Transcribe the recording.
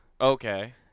Okay